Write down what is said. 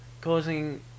causing